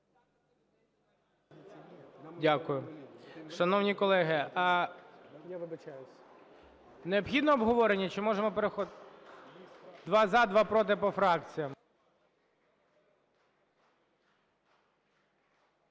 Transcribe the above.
Дякую. Шановні колеги, необхідно обговорення чи можемо переходити? Два – за, два – проти, по фракціям.